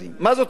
מה זאת אומרת,